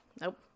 nope